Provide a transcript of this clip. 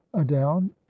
adown